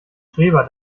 streber